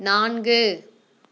நான்கு